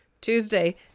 Tuesday